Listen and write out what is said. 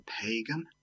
pagan